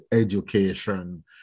education